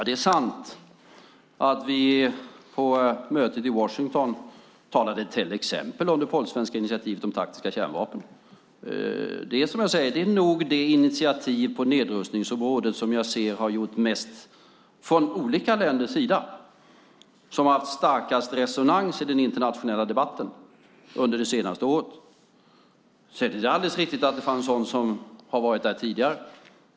Det är sant att vi på mötet i Washington talade till exempel om det polsk-svenska initiativet om taktiska kärnvapen. Det är nog det initiativ på nedrustningsområdet som jag anser har gjort mest från olika länders sida, som har haft starkast resonans i den internationella debatten under det senaste året. Det är alldeles riktigt att det fanns sådant som har funnits med tidigare.